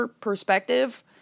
perspective